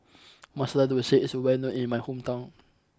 Masala Dosa is well known in my hometown